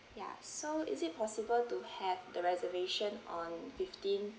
ya so is it possible to have the reservation on fifteenth